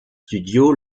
studio